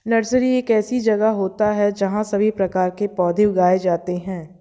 nursery एक ऐसी जगह होती है जहां सभी प्रकार के पौधे उगाए जाते हैं